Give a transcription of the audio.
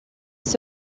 les